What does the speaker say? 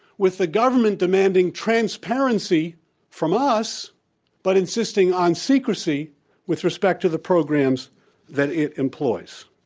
with the government demanding transparency from us but insisting on secrecy with respect to the programs that it employs.